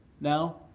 Now